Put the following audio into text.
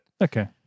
Okay